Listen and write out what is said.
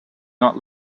not